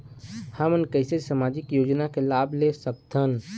हमन कैसे सामाजिक योजना के लाभ ले सकथन?